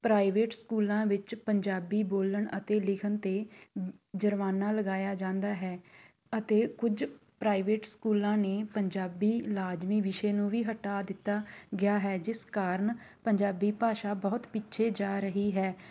private ਸਕੂਲਾਂ ਵਿੱਚ ਪੰਜਾਬੀ ਬੋਲਣ ਅਤੇ ਲਿਖਣ 'ਤੇ ਜਰਮਾਨਾ ਲਗਾਇਆ ਜਾਂਦਾ ਹੈ ਅਤੇ ਕੁਝ ਪ੍ਰਾਈਵੇਟ ਸਕੂਲਾਂ ਨੇ ਪੰਜਾਬੀ ਲਾਜ਼ਮੀ ਵਿਸ਼ੇ ਨੂੰ ਵੀ ਹਟਾ ਦਿੱਤਾ ਗਿਆ ਹੈ ਜਿਸ ਕਾਰਨ ਪੰਜਾਬੀ ਭਾਸ਼ਾ ਬਹੁਤ ਪਿੱਛੇ ਜਾ ਰਹੀ ਹੈ